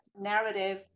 narrative